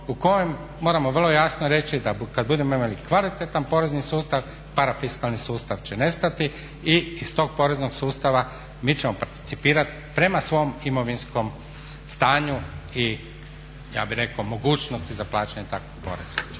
u kojem moramo vrlo jasno reći da kad budemo imali kvalitetan porezni sustav parafiskalni sustav će nestati i iz tog poreznog sustava mi ćemo participirati prema svom imovinskom stanju i ja bih rekao mogućnosti za plaćanje takvog poreza.